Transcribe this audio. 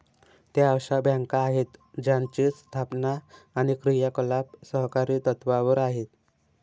त्या अशा बँका आहेत ज्यांची स्थापना आणि क्रियाकलाप सहकारी तत्त्वावर आहेत